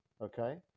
okay